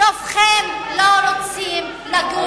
רובכם לא רוצים לגור ביישובים.